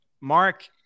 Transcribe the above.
Mark